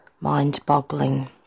mind-boggling